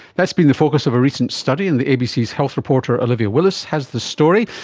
that's been the focus of a recent study, and the abcs health reporter olivia willis has the story.